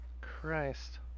Christ